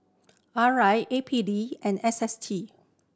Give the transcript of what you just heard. R I A P D and S S T